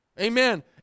Amen